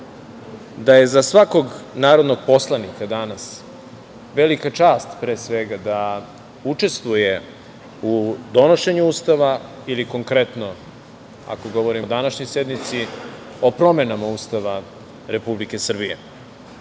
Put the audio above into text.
da je za svakog narodnog poslanika danas velika čast pre svega, da učestvuje u donošenju Ustava ili konkretno, ako govorimo o današnjoj sednici, o promenama Ustava Republike Srbije.